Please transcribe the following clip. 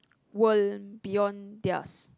world beyond theirs